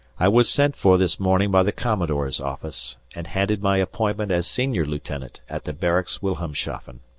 i was sent for this morning by the commodore's office, and handed my appointment as senior lieutenant at the barracks wilhelmshafen.